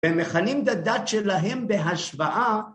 הם מכנים את הדת שלהם בהשוואה